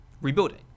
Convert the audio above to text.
rebuilding